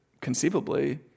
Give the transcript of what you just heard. conceivably